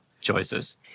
choices